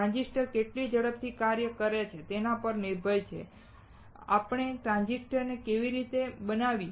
transistor કેટલી ઝડપથી કાર્ય કરે છે તેના પર નિર્ભર છે કે આપણે ટ્રાંઝિસ્ટર ને કેવી રીતે બનાવવી